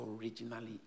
originally